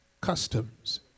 customs